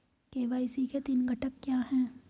KYC के तीन घटक क्या हैं?